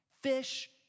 Fish